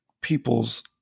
people's